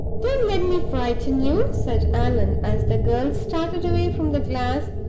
don't let me frighten you, said allan, as the girl started away from the glass,